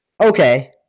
Okay